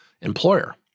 employer